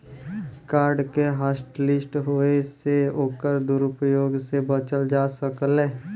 card के hotlist होये से ओकर दुरूप्रयोग से बचल जा सकलै